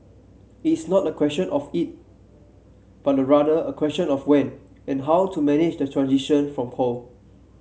is not a question of if but rather a question of when and how to manage the transition from coal